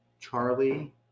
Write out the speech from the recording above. Charlie